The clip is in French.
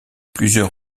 plusieurs